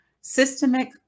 systemic